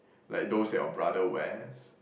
like those that your brother wears